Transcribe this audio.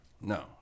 No